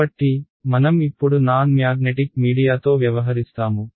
కాబట్టి మనం ఇప్పుడు నాన్ మ్యాగ్నెటిక్ మీడియాతో వ్యవహరిస్తాము